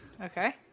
okay